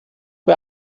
bei